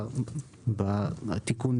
בתיקון,